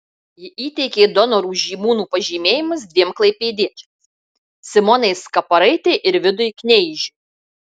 ji įteikė donorų žymūnų pažymėjimus dviem klaipėdiečiams simonai skaparaitei ir vidui kneižiui